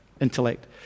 intellect